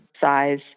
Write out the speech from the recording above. size